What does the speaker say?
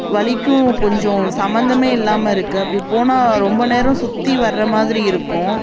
வழிக்கும் கொஞ்சம் சம்பந்தமே இல்லாமல் இருக்குது அப்படி போனால் ரொம்ப நேரம் சுற்றி வர்ற மாதிரி இருக்கும்